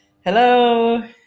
hello